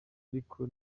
ariko